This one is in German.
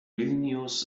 vilnius